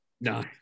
No